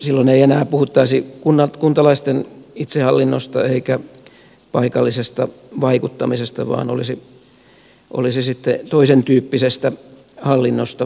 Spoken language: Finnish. silloin ei enää puhuttaisi kuntalaisten itsehallinnosta eikä paikallisesta vaikuttamisesta vaan olisi sitten toisen tyyppisestä hallinnosta kysymys